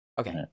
Okay